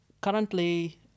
Currently